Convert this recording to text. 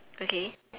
okay